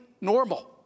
normal